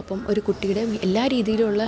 അപ്പോള് ഒരു കുട്ടിയുടെ എല്ലാ രീതിയിലുമുള്ള